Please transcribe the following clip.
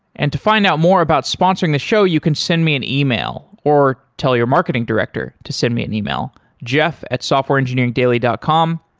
and to find out more about sponsoring the show, you can send me an ah e-mail or tell your marketing director to send me an e-mail e-mail jeff at softwareengineeringdaily dot com.